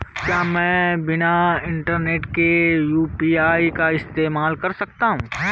क्या मैं बिना इंटरनेट के यू.पी.आई का इस्तेमाल कर सकता हूं?